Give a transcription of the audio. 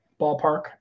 ballpark